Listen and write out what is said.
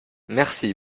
merci